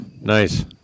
Nice